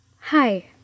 Hi